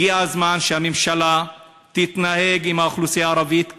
הגיע הזמן שהממשלה תתנהג עם האוכלוסייה הערבית כאזרחים,